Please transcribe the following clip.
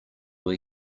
were